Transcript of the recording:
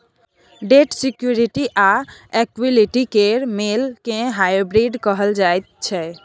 date security आ equity केर मेल केँ हाइब्रिड कहल जाइ छै